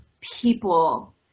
people